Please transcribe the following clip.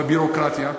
בביורוקרטיה,